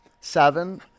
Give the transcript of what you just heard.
seven